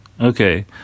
Okay